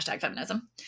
feminism